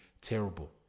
terrible